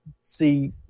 see